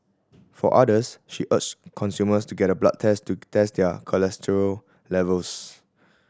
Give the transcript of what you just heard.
for others she urged consumers to get a blood test to test their cholesterol levels